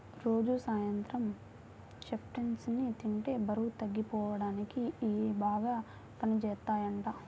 రోజూ సాయంత్రం చెస్ట్నట్స్ ని తింటే బరువు తగ్గిపోడానికి ఇయ్యి బాగా పనిజేత్తయ్యంట